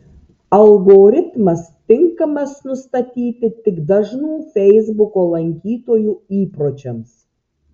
algoritmas tinkamas nustatyti tik dažnų feisbuko lankytojų įpročiams